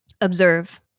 observe